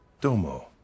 Domo